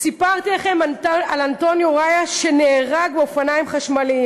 סיפרתם על אנטוניו רעיה שנהרג באופניים חשמליים.